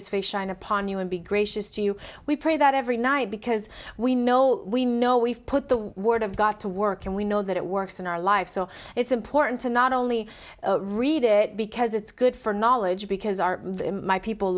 his face shine upon you and be gracious to you we pray that every night because we know we know we've put the word of god to work and we know that it works in our lives so it's important to not only read it because it's good for knowledge because our people